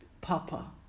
papa